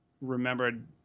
remembered